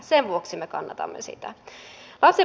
sen vuoksi me kannatamme sitä